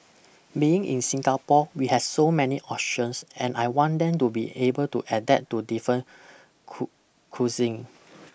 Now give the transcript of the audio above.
being in Singapore we has so many options and I want them to be able to adapt to different cool cuisine